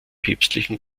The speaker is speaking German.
päpstlichen